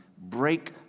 break